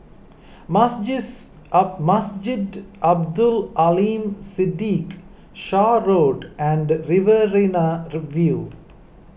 Masjid Abdul Aleem Siddique Shaw Road and Riverina View